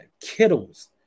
Kittles